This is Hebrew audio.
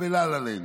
בלה לה לנד,